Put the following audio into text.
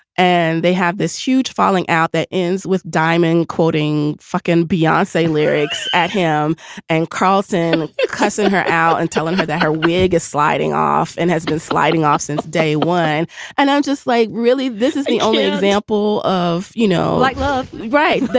and they have this huge falling out that ends with diamond quoting fuckin beyonce lyrics at him and carlsen cussing her out and telling her that her wig is sliding off and has been sliding off since day one and i'm just like, really? this is the only example of, you know, like love. right.